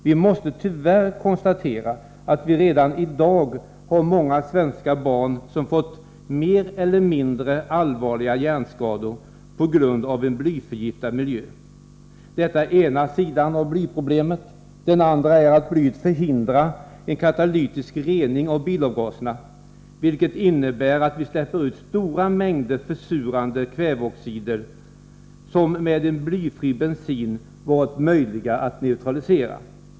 Vi måste tyvärr konstatera att det redan i dag finns många svenska barn som har fått mer eller mindre allvarliga hjärnskador på grund av en blyförgiftad miljö. Detta är ena sidan av blyproblemet. Den andra är att bly förhindrar en katalytisk rening av bilavgaserna, vilket innebär att vi släpper ut stora mängder försurande kväveoxider, som med en blyfri bensin varit möjliga att neutralisera.